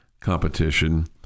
competition